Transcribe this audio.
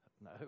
No